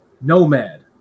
Nomad